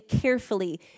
carefully